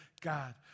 God